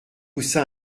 poussa